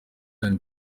zion